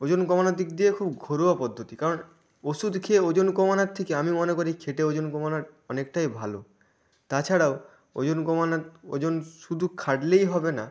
ওজন কমানোর দিক দিয়ে খুব ঘরোয়া পদ্ধতি কারণ ওষুধ খেয়ে ওজন কমানার থেকে আমি মনে করি খেটে ওজন কমানার অনেকটাই ভালো তাছাড়াও ওজন কমানার ওজন শুদু খাটলেই হবে না